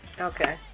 Okay